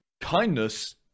kindness